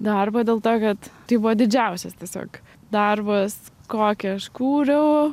darbą dėl to kad tai buvo didžiausias tiesiog darbas kokį aš kūriau